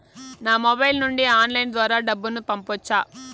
నా మొబైల్ నుండి ఆన్లైన్ ద్వారా డబ్బును పంపొచ్చా